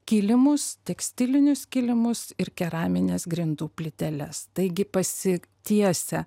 kilimus tekstilinius kilimus ir keramines grindų plyteles taigi pasi tiesę